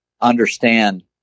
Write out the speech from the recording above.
understand